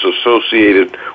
associated